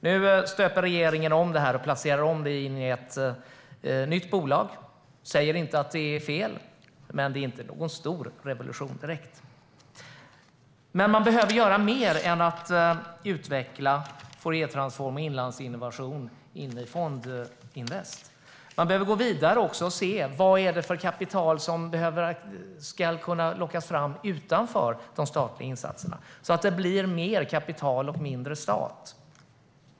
Nu stöper regeringen om det här och placerar det i ett nytt bolag. Jag säger inte att det är fel, men det är inte direkt någon stor revolution. Men man behöver göra mer än att utveckla Fouriertransform och Inlandsinnovation till Fondinvest. Man behöver också gå vidare och se vad det är för kapital som ska kunna lockas fram utanför de statliga insatserna för att det ska bli mer kapital och mindre stat.